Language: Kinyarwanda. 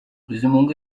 bizimungu